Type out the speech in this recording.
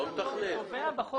המחוקק קובע בחוק.